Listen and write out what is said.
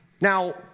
Now